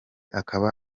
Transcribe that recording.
akaba